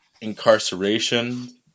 incarceration